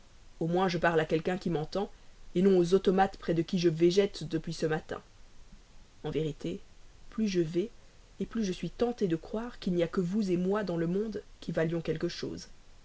au moins je parle à quelqu'un qui m'entend non aux automates auprès de qui je végète depuis ce matin en vérité plus je vais plus je suis tenté de croire qu'il n'y a que vous moi dans le monde qui valions quelque chose